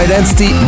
Identity